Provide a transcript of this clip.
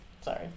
Sorry